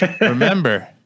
Remember